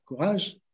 Courage